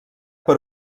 per